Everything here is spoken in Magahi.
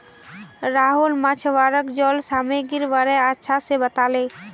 राहुल मछुवाराक जल सामागीरीर बारे अच्छा से बताले